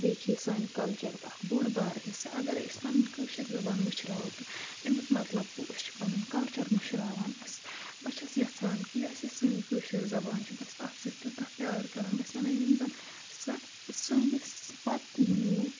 بیٚیہِ چھِ یہِ سانہِ کَلچَرُک اَکھ بوٚڑ بار حصہٕ اَگرَے أسۍ پَنٕنۍ کٲشِر زَبان مٔچھراوو تہٕ اَمیُک مطلب گوٚو أسۍ چھِ پَنُن کَلچَر مٔشراوان اَسہٕ بہٕ چھَس یَژھان کہِ یۄس یہِ سٲنۍ کٲشِر زَبان چھِ بہٕ چھَس اَتھ سۭتۍ تیوٗتاہ پیار کَران بہٕ چھَس وَنان یِم زَن سَہ سٲنِس پتہٕ تہِ یِن لوٗکھ